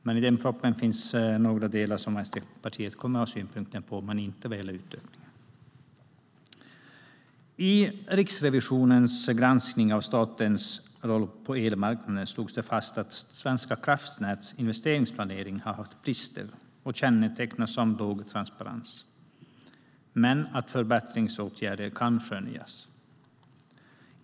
I propositionen finns det några delar Vänsterpartiet kommer att ha synpunkter på, men det gäller inte utökningen.I Riksrevisionens granskning av statens roll på elmarknaden slogs det fast att Svenska kraftnäts investeringsplanering har haft brister och kännetecknas av låg transparens men att förbättringsåtgärder kan skönjas.